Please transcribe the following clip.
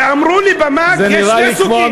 ואמרו לי: במא"ג יש שני סוגים.